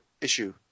issue